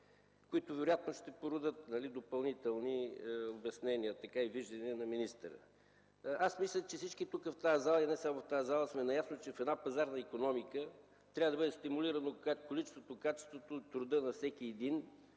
които вероятно ще породят допълнителни обяснения и виждания на министъра. Мисля, че всички ние в тази зала, а и не само в нея, сме наясно, че в една пазарна икономика трябва да бъде стимулирано количеството и качеството на труда на всеки един,